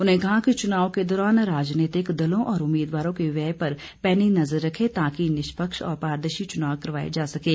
उन्होंने कहा कि चुनाव के दौरान राजनीतिक दलों और उम्मीदवारों के व्यय पर पैनी नज़र रखें ताकि निष्पक्ष और पारदर्शी चुनाव करवाए जा सकें